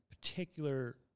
particular